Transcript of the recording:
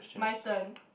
my turn